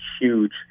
huge